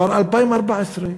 אבל 2014?